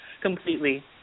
Completely